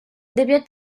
debió